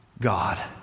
God